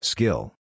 Skill